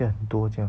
很像很多这样